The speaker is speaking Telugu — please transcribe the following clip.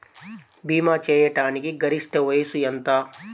భీమా చేయాటానికి గరిష్ట వయస్సు ఎంత?